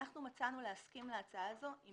מצאנו לנכון להסכים להצעה הזאת עם